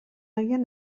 agian